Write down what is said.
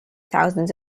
thousands